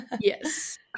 yes